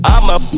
I'ma